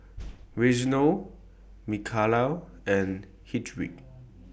Reginal Micaela and Hedwig